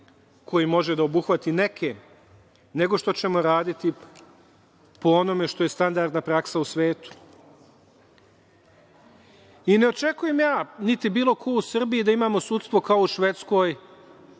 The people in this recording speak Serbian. koji može da obuhvati neke, nego što ćemo raditi po onome što je standardna praksa u svetu. Ne očekujem ja, niti bilo ko u Srbiji da imamo sudstvo kao u Švedskoj